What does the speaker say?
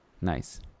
Nice